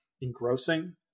engrossing